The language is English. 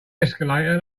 escalator